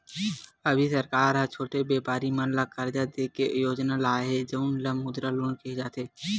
अभी सरकार ह छोटे बेपारी मन ल करजा दे के योजना लाए हे जउन ल मुद्रा लोन केहे जाथे